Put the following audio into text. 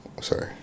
Sorry